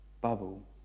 bubble